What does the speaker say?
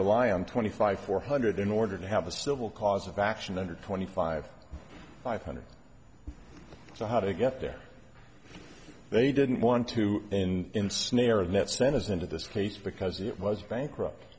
rely on twenty five four hundred in order to have a civil cause of action under twenty five five hundred so how to get there they didn't want to in ensnare and that sent us into this case because it was bankrupt